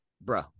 Bro